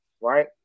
Right